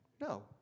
No